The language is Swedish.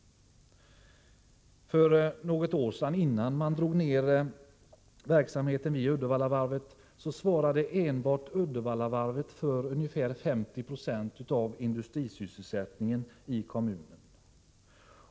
För något år sedan, innan man drog ned verksamheten vid Uddevallavarvet, svarade enbart varvet för ungefär 50 96 av industrisysselsättningen i kommunen.